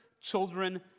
children